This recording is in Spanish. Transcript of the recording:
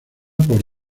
por